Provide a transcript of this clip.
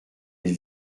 les